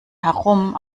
herum